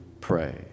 pray